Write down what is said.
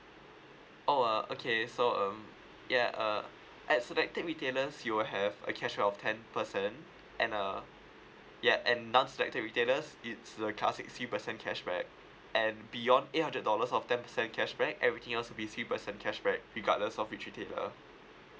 oh uh okay so um yeah uh at selected retailers you will have a cashback of ten percent and uh yeah and uh non spectate retailers it's a plus sixty percent cashback and beyond eight hundred dollars of ten percent cashback everything else will be three percent cashback regardless of which retailer